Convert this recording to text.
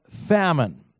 famine